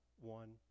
one